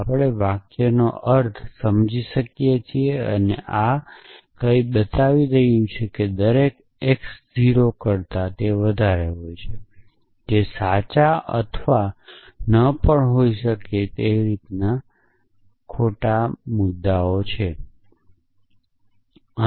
આપણે વાક્યનો અર્થ સમજી શકીએ છીએ અને આ કહી રહ્યું છે કે દરેક x 0 કરતા વધારે હોય છે જે સાચા અથવા ન પણ હોઈ શકે અથવા જે સાચા નથી પરંતુ તે મુદ્દો નથી